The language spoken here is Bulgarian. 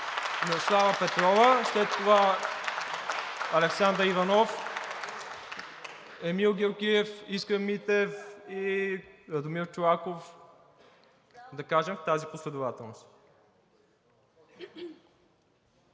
Мирослава Петрова, след това – Александър Иванов, Емил Георгиев, Искрен Митев и Радомир Чолаков, да кажем в тази последователност.